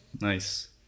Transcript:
Nice